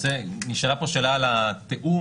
נשאלה פה שאלה על התיאום.